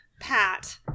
pat